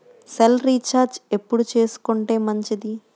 Cell recharge ఎప్పుడు చేసుకొంటే మంచిది?